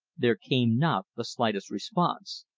there came not the slightest response.